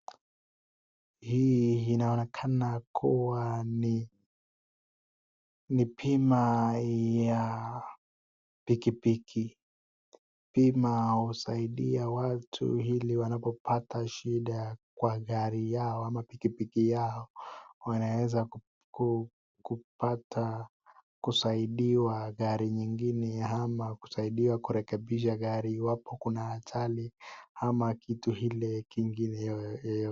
Hii inaonekakana kuwa ni bima ya pikipiki. Bima husaidia watu ili wanapopata shida kwa gari yao au pikipiki yao wanaweza kupata kusaidiwa gari ingine ama kusaidiwa kurekebisha gari iwapo kuna hatari ama kitu ingine ile yeyote.